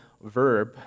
verb